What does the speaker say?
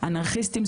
אנרכיסטים,